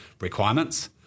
requirements